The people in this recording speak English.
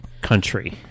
country